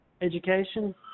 education